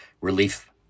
relief